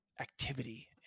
activity